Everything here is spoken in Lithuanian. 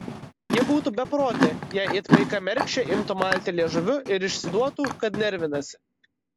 ji būtų beprotė jei it paika mergšė imtų malti liežuviu ir išsiduotų kad nervinasi